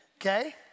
Okay